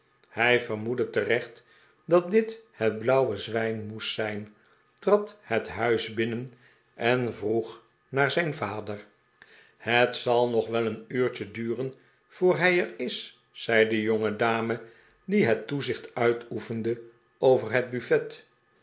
hij vermoedde terecht dat dit het blauwe zwijn moest zijn trad het huis binnen en vroeg naar zijn vader het zal nog wel een uurtje duren voor hij er is zei de jongedame die het toezicht uitoefende over het buffet